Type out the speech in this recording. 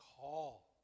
call